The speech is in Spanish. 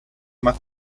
más